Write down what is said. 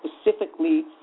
specifically